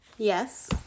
Yes